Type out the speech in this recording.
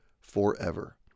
forever